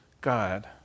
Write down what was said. God